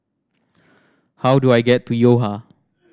how do I get to Yo Ha